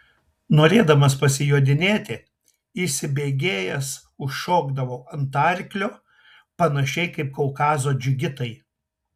norėdamas pasijodinėti įsibėgėjęs užšokdavau ant arklio panašiai kaip kaukazo džigitai